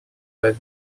that